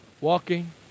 walking